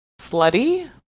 slutty